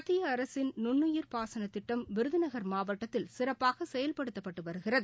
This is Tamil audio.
மத்தியஅரசின் நுண்ணுயிர் பாசனதிட்டம் விருதுநகர் மாவட்டத்திலசிறப்பாகசெயல்படுத்தப்படுகிறது